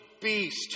beast